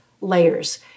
layers